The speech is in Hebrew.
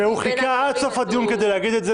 --- חיכה עד סוף הדיון כדי להגיד את זה.